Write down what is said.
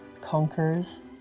conquers